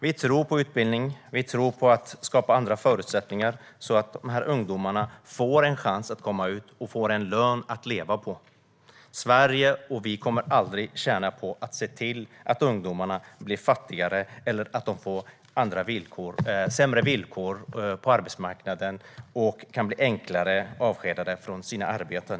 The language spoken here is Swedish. Vi tror på utbildning och på att skapa andra förutsättningar, så att de här ungdomarna får en chans att komma ut på arbetsmarknaden och få en lön att leva på. Sverige och vi kommer aldrig att tjäna på att ungdomarna blir fattigare eller får sämre villkor på arbetsmarknaden och enklare kan bli avskedade från sina arbeten.